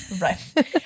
Right